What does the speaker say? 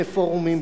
על כל פנים,